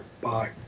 Bye